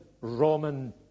Roman